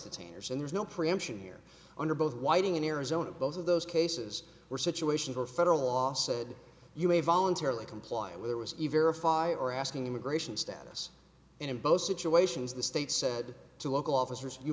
detainers and there's no preemption here under both whiting in arizona both of those cases were situations where federal law said you may voluntarily comply with it was either a fire or asking immigration status and in both situations the state said to local officers you